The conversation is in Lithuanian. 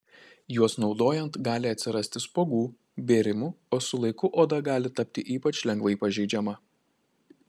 juos naudojant gali atsirasti spuogų bėrimų o su laiku oda gali tapti ypač lengvai pažeidžiama